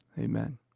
amen